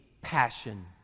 passion